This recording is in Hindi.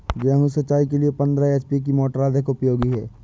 गेहूँ सिंचाई के लिए पंद्रह एच.पी की मोटर अधिक उपयोगी है?